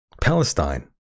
Palestine